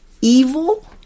evil